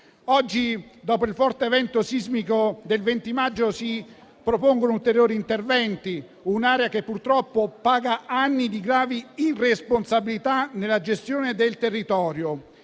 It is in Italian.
Oggi, dopo il forte evento sismico del 20 maggio, si propongono ulteriori interventi, ma è un'area che purtroppo paga anni di gravi irresponsabilità nella gestione del territorio.